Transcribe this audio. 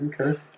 Okay